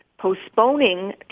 postponing